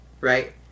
right